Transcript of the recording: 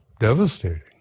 Devastating